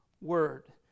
word